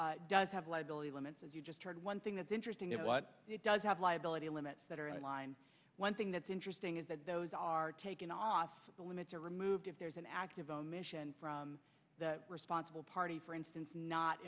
norway does have liability limits as you just heard one thing that's interesting about what it does have liability limits that are in line one thing that's interesting is that those are taken off limits or removed if there's an act of omission from the responsible party for instance not